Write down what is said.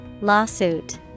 Lawsuit